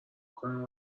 کنم